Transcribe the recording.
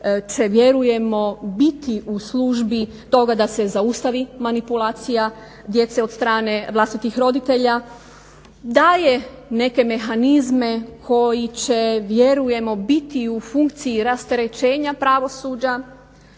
će vjerujemo biti u službi toga da se zaustavi manipulacija djece od strane vlastitih roditelja, daje neke mehanizme koji će vjerujemo biti i u funkciji rasterećenja pravosuđa.